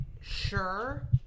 sure